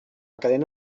cadena